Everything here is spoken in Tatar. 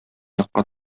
якка